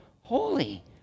holy